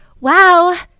Wow